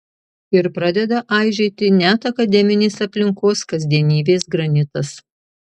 ir pradeda aižėti net akademinės aplinkos kasdienybės granitas